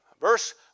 Verse